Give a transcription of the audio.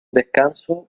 descanso